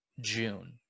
June